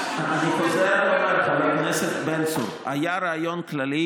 אני חוזר ואומר, חבר הכנסת בן צור: היה רעיון כללי